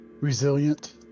Resilient